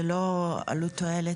זה לא עניין של עלות-תועלת.